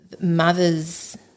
mothers